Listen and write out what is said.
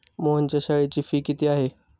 मोहनच्या शाळेची फी किती आहे?